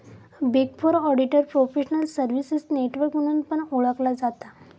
big four auditor professional services network म्हणून पण ओळखला जाता